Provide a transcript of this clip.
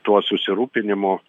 tuo susirūpinimu